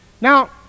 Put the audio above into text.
Now